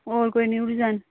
होर कोई new design